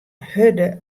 hurde